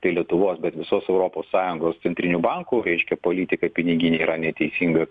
tai lietuvos bet visos europos sąjungos centrinių bankų reiškia politika piniginė yra neteisinga